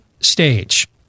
stage